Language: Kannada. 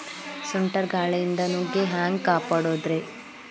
ಸುಂಟರ್ ಗಾಳಿಯಿಂದ ನುಗ್ಗಿ ಹ್ಯಾಂಗ ಕಾಪಡೊದ್ರೇ?